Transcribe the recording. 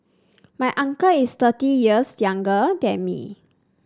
my uncle is thirty years younger than me